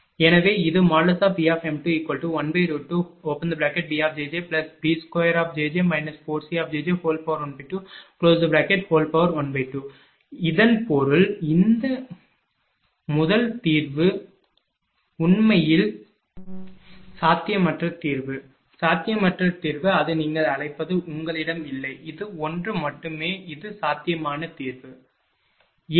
எனவே இது Vm212bjjb2jj 4cjj1212 இதன் பொருள் இந்த முதல் 3 தீர்வுகள் உண்மையில் சாத்தியமற்ற தீர்வு சாத்தியமற்ற தீர்வு அது நீங்கள் அழைப்பது உங்களிடம் இல்லை இது ஒன்று மட்டுமே இது சாத்தியமான தீர்வு ஏன்